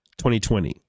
2020